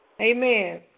Amen